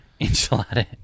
enchilada